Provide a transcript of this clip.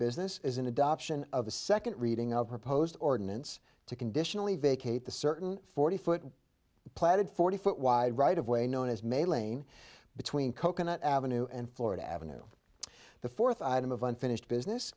business is an adoption of a second reading of proposed ordinance to conditionally vacate the certain forty foot planted forty foot wide right of way known as may lane between coconut avenue and florida avenue the fourth item of unfinished business